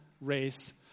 race